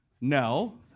no